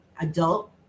adult